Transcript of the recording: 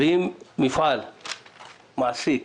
אם מפעל שמעסיק